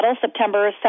September